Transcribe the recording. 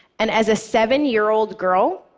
and as a seven-year-old girl,